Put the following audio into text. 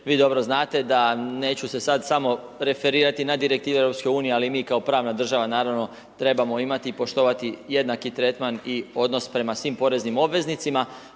Vi dobro znate da neću se sad samo referirati na direktive EU, ali mi kao pravna država naravno trebamo imati i poštovati jednaki tretman i odnos prema svim poreznim obveznicima.